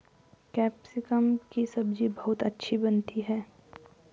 capsicum की सब्जी बहुत अच्छी बनती है